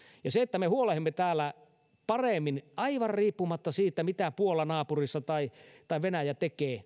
ja se että me huolehdimme paremmin aivan riippumatta siitä mitä puola naapurissa tai tai venäjä tekee